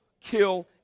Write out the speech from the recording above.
kill